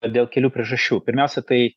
ir dėl kelių priežasčių pirmiausia tai